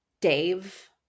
Dave